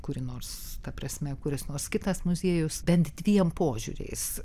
kuri nors ta prasme kuris nors kitas muziejus bent dviem požiūriais